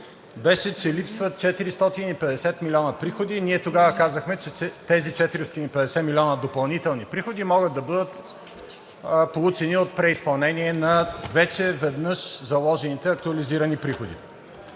беше, че липсват 450 милиона приходи и ние тогава казахме, че тези 450 милиона допълнителни приходи могат да бъдат получени от преизпълнение на вече веднъж заложените актуализирани приходи.